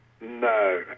No